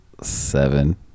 Seven